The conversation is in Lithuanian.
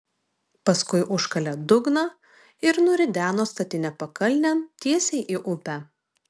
paskui užkalė dugną ir nurideno statinę pakalnėn tiesiai į upę